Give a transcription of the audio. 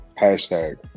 hashtag